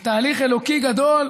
בתהליך אלוקי גדול,